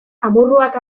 amorruak